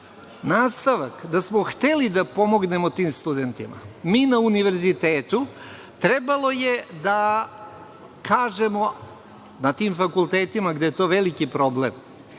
važna. Nastavak, da smo hteli da pomognemo tim studentima, mi na univerzitetu, trebalo je da kažemo, na tim fakultetima gde je to veliki problem,